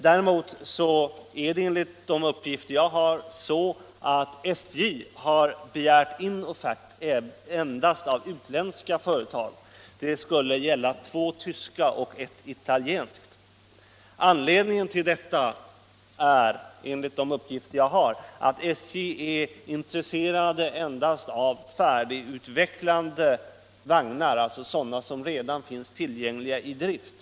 Däremot är det enligt de uppgifter jag har så att SJ begärt offert endast av utländska företag. Det skulle gälla två tyska och ett italienskt företag. Anledningen till detta är, enligt de uppgifter som jag fått, att SJ har intresse endast av färdigutvecklade vagnar, alltså vagnar som redan finns i drift.